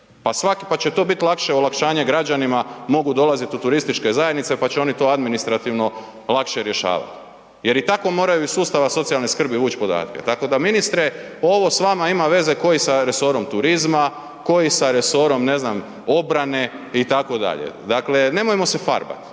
pa će to biti lakše olakšanje građanima, mogu dolazit u turističke zajednice pa će oni to administrativno lakše rješavati jer i tako moraju iz sustava socijalne skrbi vući podatke. Tako da ministre, ovo s vama ima veze ko i sa resorom turizma, ko i sa resorom ne znam obrane itd. Dakle, nemojmo se farbat.